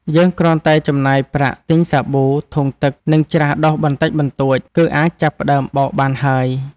យើងគ្រាន់តែចំណាយប្រាក់ទិញសាប៊ូ ធុងទឹក និងច្រាសដុសបន្តិចបន្តួច គឺអាចចាប់ផ្តើមបោកបានហើយ។